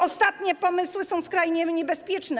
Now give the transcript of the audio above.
Ostatnie pomysły są skrajnie niebezpieczne.